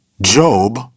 Job